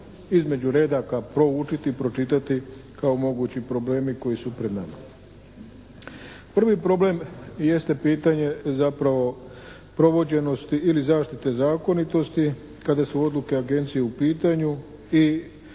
između redaka proučiti, pročitati kao mogući problemi koji su pred nama. Prvi problem jeste pitanje provođenosti ili zaštite zakonitosti kada su odluke Agencije u pitanju i